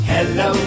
Hello